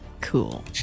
Cool